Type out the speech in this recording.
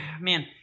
man